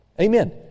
Amen